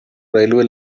railway